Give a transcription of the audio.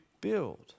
build